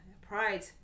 Pride